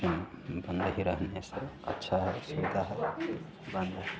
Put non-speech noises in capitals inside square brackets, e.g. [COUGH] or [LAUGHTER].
game बंद ही रहने से अच्छा [UNINTELLIGIBLE] होता है [UNINTELLIGIBLE]